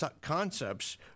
concepts